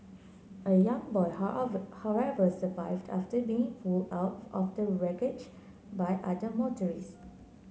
a young boy however survived after being pulled out of the wreckage by other motorists